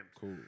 Cool